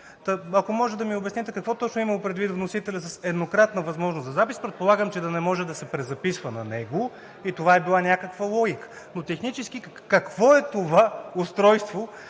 Ако може да ми обясните, какво точно е имал предвид вносителят с еднократна възможност за запис? Предполагам, че да не може да се презаписва на него и това е била някаква логика. Но технически, какво е това устройство,